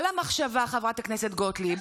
חברת הכנסת גוטליב,